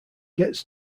gets